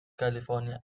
california